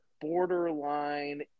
borderline